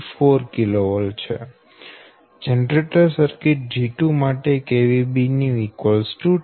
24 kV generator circuit G2 માટે Bnew 10